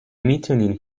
میتونین